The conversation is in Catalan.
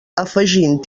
afegint